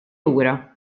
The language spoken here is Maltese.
lura